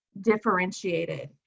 differentiated